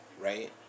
Right